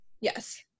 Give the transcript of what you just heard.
Yes